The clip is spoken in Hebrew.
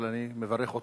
אבל אני מברך אותו,